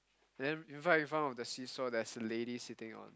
and then in front in front of the seats so there's lady sitting on